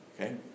Okay